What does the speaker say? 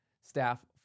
staff